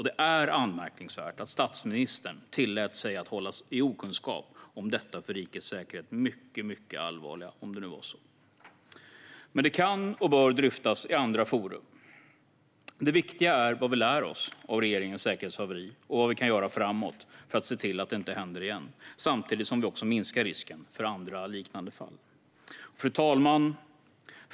Det är anmärkningsvärt att statsministern, om det nu var så, tillät sig att hållas i okunskap om detta för rikets säkerhet mycket, mycket allvarliga. Jag ska dock inte uppehålla mig onödigt länge vid det, för nu gäller det att se framåt. Detta kan och bör dryftas i andra forum. Det viktiga är vad vi lär oss av regeringens säkerhetshaveri och vad vi kan göra framåt för att se till att det inte händer igen, samtidigt som vi också minskar risken för att andra, liknande fall ska uppstå. Fru talman!